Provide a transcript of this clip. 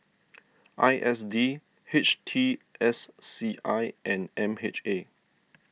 I S D H T S C I and M H A